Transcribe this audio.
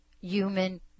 human